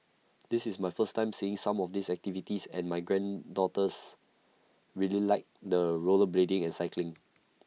this is my first time seeing some of these activities and my granddaughters really liked the rollerblading and cycling